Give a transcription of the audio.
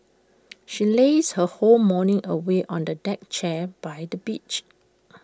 she lazed her whole morning away on A deck chair by the beach